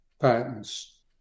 patents